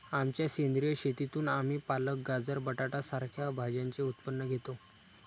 आमच्या सेंद्रिय शेतीतून आम्ही पालक, गाजर, बटाटा सारख्या भाज्यांचे उत्पन्न घेतो